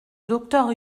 docteur